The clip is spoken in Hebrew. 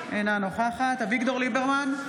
אינה נוכחת אביגדור ליברמן,